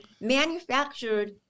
manufactured